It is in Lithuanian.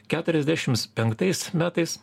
keturiasdešims penktais metais